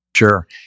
Sure